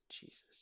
Jesus